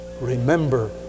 Remember